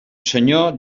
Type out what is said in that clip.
senyor